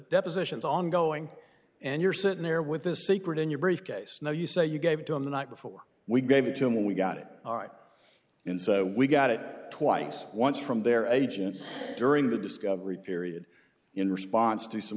depositions ongoing and you're sitting there with this secret in your briefcase now you say you gave it to him the night before we gave it to him we got it all right in so we got it twice once from their agent during the discovery period in response to some